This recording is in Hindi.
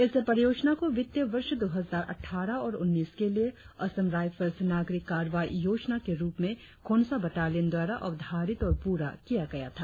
इस परियोजना को वित्तीय वर्ष दो हजार अट़ठारह उन्नीस के लिए असम राइफल्स नागरिक कार्रवाई परियोजना के रुप में खोंसा बटालियन द्वारा अवधारित और पूरा किया गया था